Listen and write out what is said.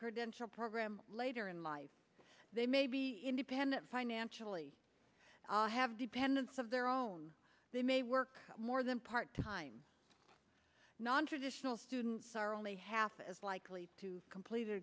credential program later in life they may be independent financially have dependents of their own they may work more than part time nontraditional students are only half as likely to completely